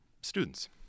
students